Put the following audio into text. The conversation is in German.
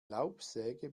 laubsäge